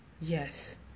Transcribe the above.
yes